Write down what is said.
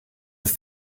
with